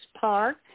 park